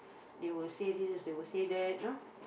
they will say this they will say that you know